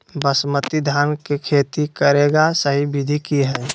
बासमती धान के खेती करेगा सही विधि की हय?